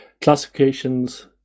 Classifications